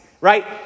right